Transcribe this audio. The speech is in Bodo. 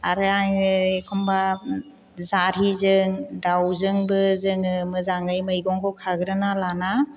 आरो आङो एखनबा जारिजों दाउजोंबो जोङो मोजाङै मैगंखौ खाग्रोना लाना